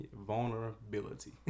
vulnerability